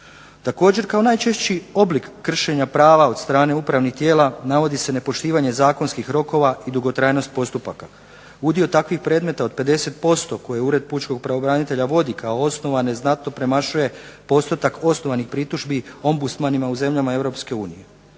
Također kao najčešći oblik kršenja prava od strane upravnih tijela navodi se nepoštivanje zakonskih rokova i dugotrajnost postupaka. Udio takvih predmeta od 50% koje Ured pučkog pravobranitelja vodi kao osnovne znatno premašuje postotak osnovanih pritužbi ombudsmanima u zemljama EU.